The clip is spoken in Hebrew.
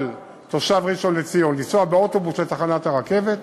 תושב ראשון-לציון יוכל לנסוע באוטובוס לתחנת הרכבת,